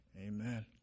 amen